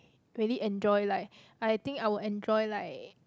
really enjoy like I think I will enjoy like